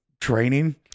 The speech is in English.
training